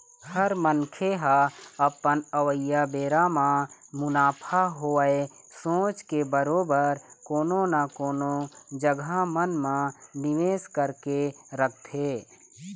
हर मनखे ह अपन अवइया बेरा म मुनाफा होवय सोच के बरोबर कोनो न कोनो जघा मन म निवेस करके रखथे